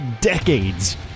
decades